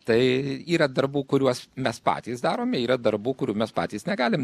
tai yra darbų kuriuos mes patys darome yra darbų kurių mes patys negalim